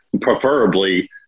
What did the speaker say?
preferably